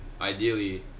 Ideally